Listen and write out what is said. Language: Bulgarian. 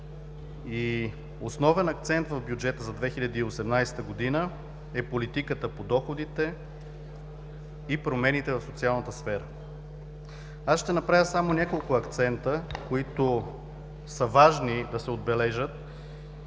Основен акцент в бюджета за 2018 г. е политиката по доходите и промените в социалната сфера. Аз ще направя само няколко акцента, които са важни да се отбележат,